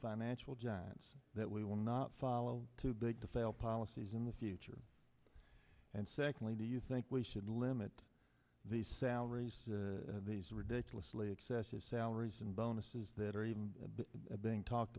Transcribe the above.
financial giants that we will not follow too big to fail policies in the future and secondly do you think we should limit the salaries of these ridiculously excessive salaries and bonuses that are even being talked